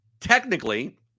Technically